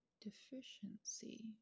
deficiency